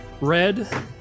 red